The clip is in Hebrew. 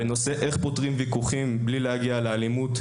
בנושא איך פותרים ויכוחים בלי להגיע לאלימות,